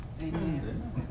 Amen